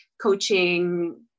coaching